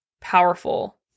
powerful